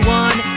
one